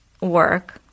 work